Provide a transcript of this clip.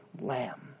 lamb